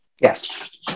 yes